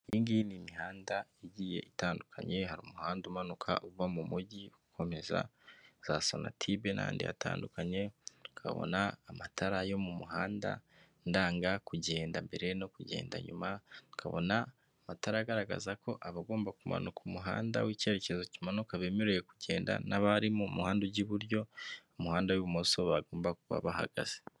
Iyi ngiyi ni imihanda igiye itandukanye, hari umuhanda umanuka uva mu mujyi ukomeza za Sonatube n'ahandi hatandukanye; ukabona amatara yo mu muhanda ndanga kugenda mbere no kugenda nyuma. Ukabona amatara agaragaza ko abagomba kumanuka umuhanda w'icyerekezo kimanuka bemerewe kugenda, n'abari mu muhanda ujya iburyo, umuhanda w'ibumoso, bagomba kuba bahagaze.